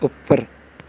ਉੱਪਰ